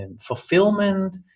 fulfillment